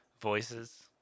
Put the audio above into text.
voices